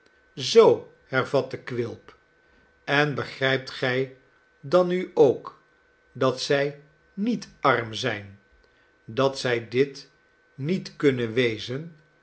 zoo hervatte quilp en begrijpt gij dan nu ook dat zij niet aim zijn dat zij dit niet kunnen wezen